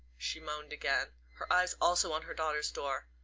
she moaned again, her eyes also on her daughter's door.